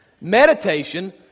meditation